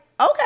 Okay